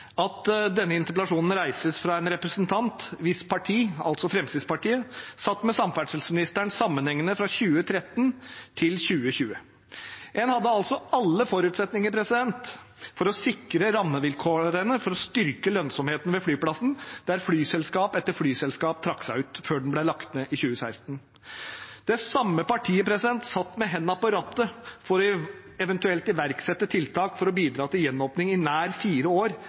at denne interpellasjonen reises fra en representant hvis parti, altså Fremskrittspartiet, satt med samferdselsministeren sammenhengende fra 2013 til 2020. En hadde altså alle forutsetninger for å sikre rammevilkårene for å styrke lønnsomheten ved flyplassen, der flyselskap etter flyselskap trakk seg ut før den ble lagt ned i 2016. Det samme partiet satt med hendene på rattet for eventuelt å iverksette tiltak for å bidra til gjenåpning i nær fire år